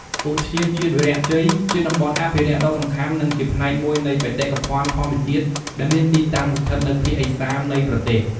ឧទ្យានជាតិវីរៈជ័យ ជាតំបន់អភិរក្សដ៏សំខាន់និងជាផ្នែកមួយនៃបេតិកភណ្ឌធម្មជាតិដែលមានទីតាំងស្ថិតនៅភាគឦសាននៃប្រទេស។